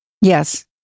Yes